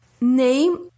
name